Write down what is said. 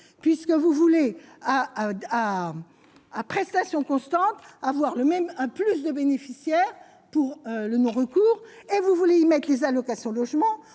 puisque vous voulez à à à à prestations constante, avoir le même un plus de bénéficiaires pour le non recours et vous voulez mettent les allocations logement,